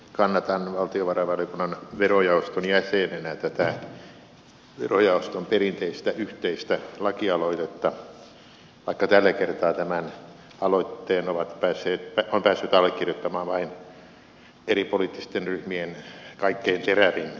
kannatan valtiovarainvaliokunnan verojaoston jäsenenä tätä verojaoston perinteistä yhteistä lakialoitetta vaikka tällä kertaa tämän aloitteen on päässyt allekirjoittamaan vain eri poliittisten ryhmien kaikkein terävin kärki